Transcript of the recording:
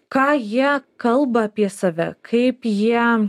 ką jie kalba apie save kaip jie